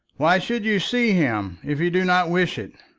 why should you see him, if you do not wish it?